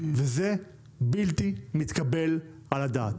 זה בלתי מתקבל על הדעת.